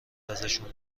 ازشون